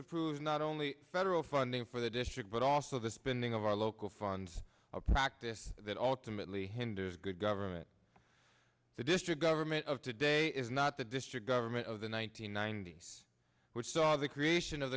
approves not only federal funding for the district but also the spending of our local funds a practice that ultimately hinders good government the district government of today is not the district government of the one nine hundred ninety s which saw the creation of